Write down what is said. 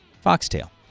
foxtail